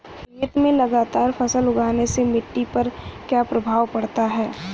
खेत में लगातार फसल उगाने से मिट्टी पर क्या प्रभाव पड़ता है?